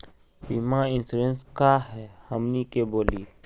बीमा इंश्योरेंस का है हमनी के बोली?